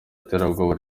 iterabwoba